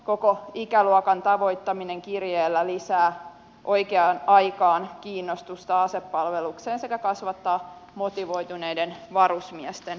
koko ikäluokan tavoittaminen kirjeellä lisää oikeaan aikaan kiinnostusta asepalvelukseen sekä kasvattaa motivoituneiden varusmiesten määrää